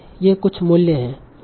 ये कुछ मूल्य हैं